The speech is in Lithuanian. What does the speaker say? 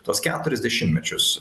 tuos keturis dešimtmečius